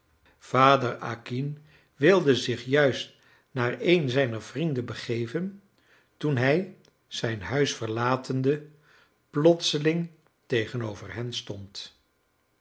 vader acquin wilde zich juist naar een zijner vrienden begeven toen hij zijn huis verlatende plotseling tegenover hen stond